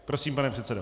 Prosím, pane předsedo.